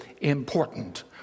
important